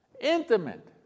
intimate